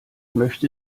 möchte